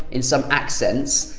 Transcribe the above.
in some accents,